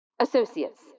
Associates